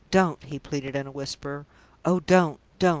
don't, he pleaded, in a whisper oh, don't, don't,